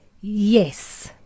yes